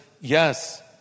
yes